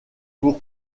pour